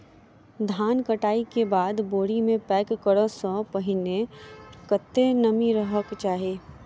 धान कटाई केँ बाद बोरी मे पैक करऽ सँ पहिने कत्ते नमी रहक चाहि?